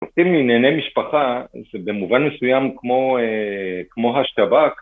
עורך דין לענייני משפחה, זה במובן מסוים כמו אאא כמו השב"כ